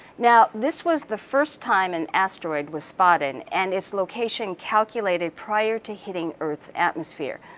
now this was the first time an asteroid was spotted and its location calculated prior to hitting earth's atmosphere.